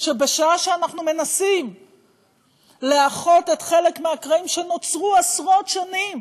שבשעה שאנחנו מנסים לאחות חלק מהקרעים שנוצרו במשך עשרות שנים